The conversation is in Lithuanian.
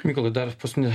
mykolai dar paskutinė